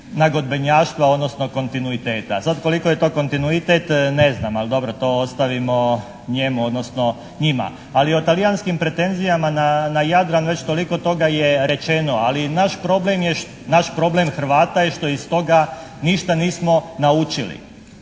nagodbenjaštva, odnosno kontinuiteta. Sad koliko je to kontinuitet ne znam, ali dobro, to ostavimo njemu, odnosno njima. Ali o talijanskim pretenzijama na Jadran već toliko toga je rečeno, ali naš problem je, naš problem Hrvata je što iz toga ništa nismo naučili.